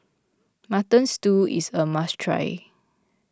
Mutton Stew is a must try